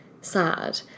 sad